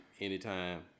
anytime